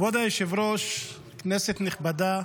כבוד היושב-ראש, כנסת נכבדה,